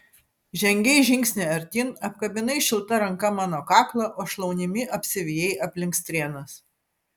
žengei žingsnį artyn apkabinai šilta ranka mano kaklą o šlaunimi apsivijai aplink strėnas